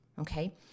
Okay